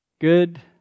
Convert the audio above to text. good